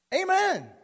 Amen